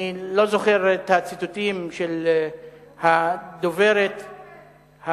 אני לא זוכר את הציטוטים של הדוברת הקודמת,